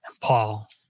Paul